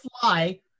fly